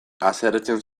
haserretzen